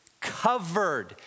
covered